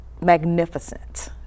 magnificent